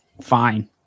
fine